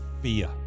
fear